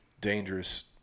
dangerous